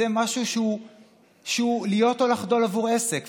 זה משהו שהוא להיות או לחדול עבור עסק,